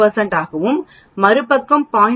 5 ஆகவும் மறுபக்கம் 0